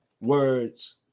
words